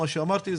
כמו שאמרתי,